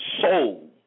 soul